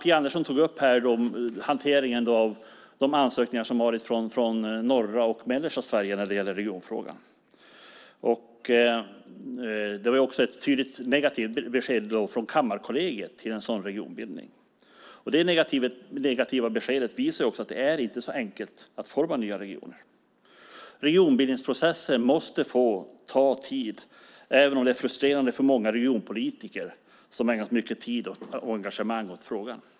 Phia Andersson tog upp hanteringen av de ansökningar som kommit från norra och mellersta Sverige i regionfrågan. Det kom också ett tydligt negativt besked från Kammarkollegiet när det gäller en sådan regionbildning. Det negativa beskedet visar också att det inte är så enkelt att forma nya regioner. Regionbildningsprocessen måste få ta tid, även om det är frustrerande för många regionpolitiker som har ägnat mycket tid och engagemang åt frågan.